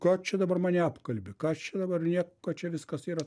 ką čia dabar mane apkalbi ką čia dabar nieko čia viskas yra